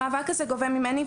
המאבק הזה גובה ממני,